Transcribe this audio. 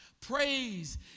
Praise